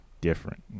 different